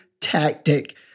tactic